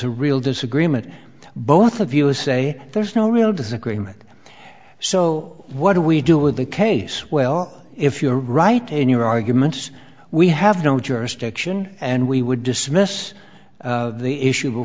a real disagreement both of us say there's no real disagreement so what do we do with the case well if you're right in your arguments we have no jurisdiction and we would dismiss the issue